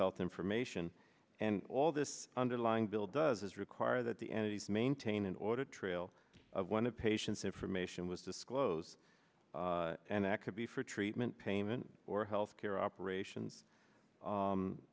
health information and all this underlying bill does is require that the entities maintain an order trail of one of patient's information was disclosed and that could be for treatment payment or health care operations